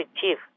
chief